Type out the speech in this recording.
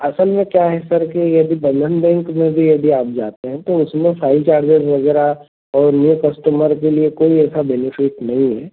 असल में क्या है सर कि ये अभी बंधन बैंक में भी यदि आप जाते हैं तो उसमें फ़ाइल चार्जेज़ वगैरह और न्यू कस्टमर के लिए कोई ऐसा बेनीफ़िट नहीं है